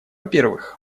первых